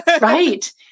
Right